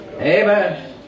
amen